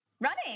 running